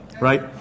right